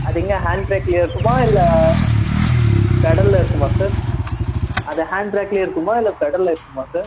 அது எங்கே ஹாண்ட் ப்ரேக்ல இருக்குமா இல்லை பெடலில் இருக்குமா சார் அது ஹாண்ட் ப்ரேக்லயே இருக்குமா இல்லை பெடலில் இருக்குமா சார்